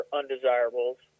undesirables